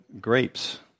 grapes